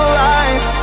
lies